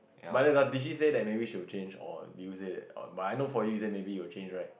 but then [huh] did she say that maybe she will change or did you say that I know for you you say maybe you will change right